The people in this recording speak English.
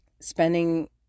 spending